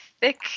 thick